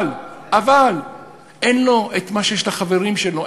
אבל אין לו מה שיש לחברים שלו,